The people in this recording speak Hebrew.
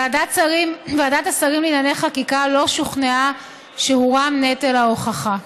ועדת השרים לענייני חקיקה לא שוכנעה שהורם נטל ההוכחה.